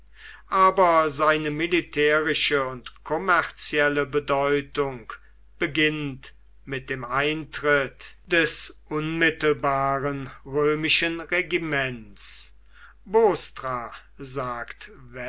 aber seine militärische und kommerzielle bedeutung beginnt mit dem eintritt des unmittelbaren römischen regiments bostra sagt